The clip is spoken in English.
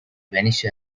vanish